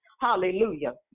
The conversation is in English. Hallelujah